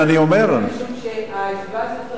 הישיבה הזאת התחילה